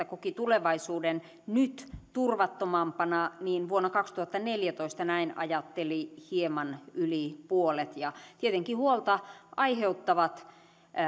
koki tulevaisuuden nyt turvattomampana mutta vuonna kaksituhattaneljätoista näin ajatteli hieman yli puolet tietenkin huolta aiheuttavat